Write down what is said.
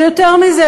ויותר מזה,